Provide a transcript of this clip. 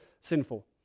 sinful